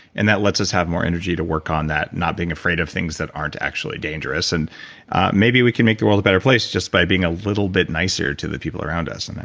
and that lets us have more energy to work on that, not being afraid of things that aren't actually dangerous. and maybe we can make the world a better place just by being a little bit nicer to the people around us. and